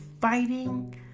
fighting